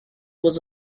was